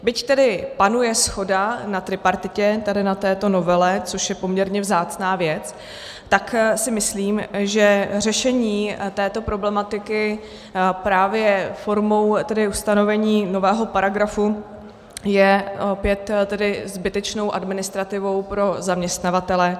Byť tedy panuje shoda na tripartitě tady na této novele, což je poměrně vzácná věc, tak si myslím, že řešení této problematiky právě formou ustanovení nového paragrafu je opět zbytečnou administrativou pro zaměstnavatele.